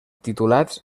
titulats